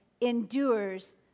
endures